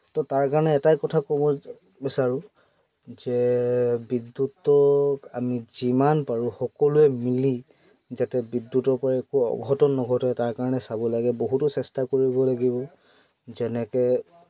ত' তাৰ কাৰণে এটাই কথা ক'ব বিচাৰোঁ যে বিদ্যুতক আমি যিমান পাৰোঁ সকলোৱে মিলি যাতে বিদ্যুতৰ পৰা একো অঘটন নঘটে তাৰ কাৰণে চাব লাগে বহুতো চেষ্টা কৰিব লাগিব যেনেকৈ